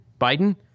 Biden